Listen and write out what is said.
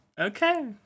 Okay